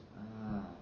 ah